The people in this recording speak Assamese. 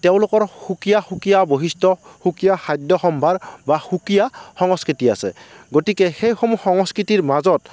তেওঁলোকৰ সুকীয়া সুকীয়া বৈশিষ্ট সুকীয়া খাদ্য সম্ভাৰ বা সুকীয়া সংস্কৃতি আছে গতিকে সেইসমূহ সংস্কৃতিৰ মাজত